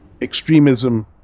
extremism